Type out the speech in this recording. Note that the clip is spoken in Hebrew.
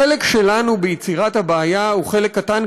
החלק שלנו ביצירת הבעיה הוא חלק קטן,